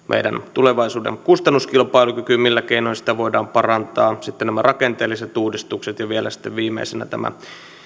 tulevaisuuden kustannuskilpailukyky millä keinoin sitä voidaan parantaa sitten nämä rakenteelliset uudistukset ja vielä sitten viimeisenä tämä